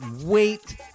wait